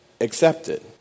accepted